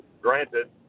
Granted